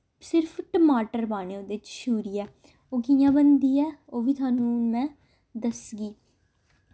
सिर्फ टमाटर पाने ओह्दे च छूरियै ओह् कि'यां बनदी ऐ ओह् बी थोआनू मै दसगी